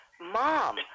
mom